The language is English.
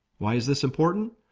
why is this important?